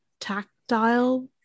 tactile